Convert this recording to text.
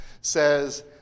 says